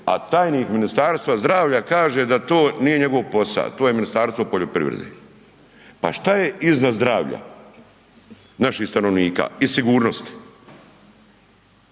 a tajnik ministarstva zdravlja kaže da to nije njegov posa, to je Ministarstvo poljoprivrede. Pa šta je iznad zdravlja naših stanovnika i sigurnosti?